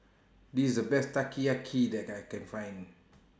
This IS The Best Teriyaki that I Can Find